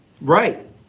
right